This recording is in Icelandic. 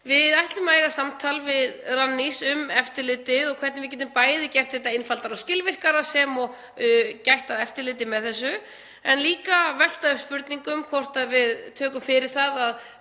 Við ætlum að eiga samtal við Rannís um eftirlitið og hvernig við getum gert þetta einfaldara og skilvirkara sem og gætt að eftirliti með þessu en líka velta upp spurningum um hvort við tökum fyrir það að